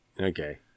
Okay